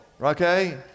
okay